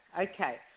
Okay